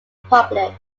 public